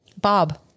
Bob